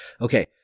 Okay